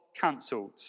cancelled